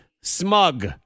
Smug